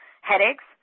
headaches